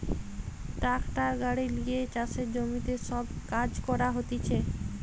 tractor গাড়ি লিয়ে চাষের জমিতে সব কাজ করা হতিছে